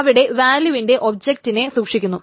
അവിടെ വാല്യൂവിന്റെ ഒബ്ജക്റ്റിനെ സൂക്ഷിക്കുന്നു